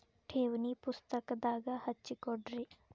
ಠೇವಣಿ ಪುಸ್ತಕದಾಗ ಹಚ್ಚಿ ಕೊಡ್ರಿ